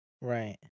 Right